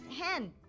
hand